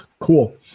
Cool